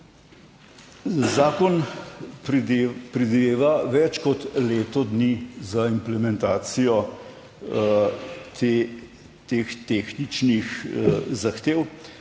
Zakon predvideva več kot leto dni za implementacijo teh tehničnih zahtev.